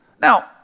now